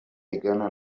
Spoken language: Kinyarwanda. ingana